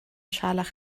scharlach